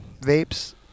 vapes